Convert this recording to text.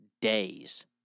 days